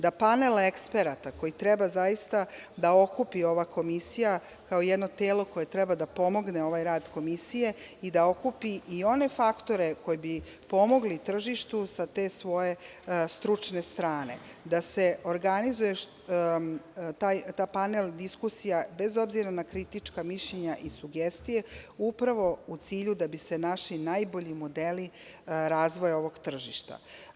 Da panel eksperata koji treba zaista da okupi ova komisija kao jedno telo koje treba da pomogne ovaj rad komisije i da okupi i one faktore koje bi pomogli tržištu sa te svoje stručne strane, da se organizuje ta panel diskusija bez obzira na kritička mišljenja i sugestije upravo u cilju da bi se naši najbolji modeli razvoja ovog tržišta.